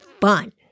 fun